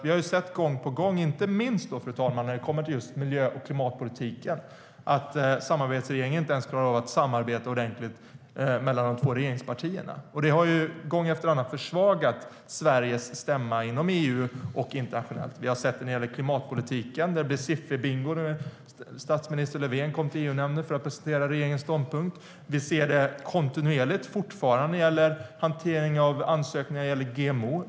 Vi har nämligen gång på gång sett, inte minst när det kommer till just miljö och klimatpolitiken, att samarbetsregeringen inte ens klarar av att samarbeta ordentligt mellan de två regeringspartierna. Det har gång efter annan försvagat Sveriges stämma inom EU och internationellt. Vi har sett det när det gäller klimatpolitiken, där det blev sifferbingo när statsminister Löfven kom till EU-nämnden för att presentera regeringens ståndpunkt. Vi ser det fortfarande kontinuerligt när det gäller hanteringen av ansökningar i fråga om GMO.